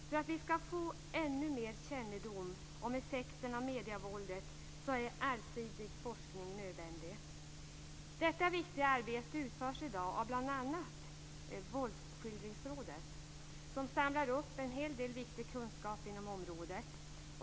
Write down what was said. För att vi skall få ännu mer kännedom om effekterna av medievåldet är allsidig forskning nödvändig. Detta viktiga arbete utförs i dag av bl.a. Våldsskildringsrådet, som samlar upp en hel del viktig kunskap inom området.